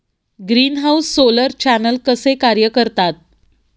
Greenhouse solar channel कसे कार्य करतात?